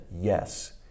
yes